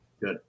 Good